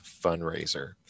fundraiser